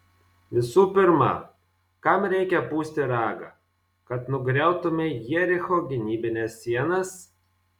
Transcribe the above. visų pirma kam reikia pūsti ragą kad nugriautumei jericho gynybines sienas